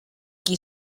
qui